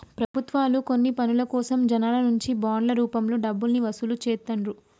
ప్రభుత్వాలు కొన్ని పనుల కోసం జనాల నుంచి బాండ్ల రూపంలో డబ్బుల్ని వసూలు చేత్తండ్రు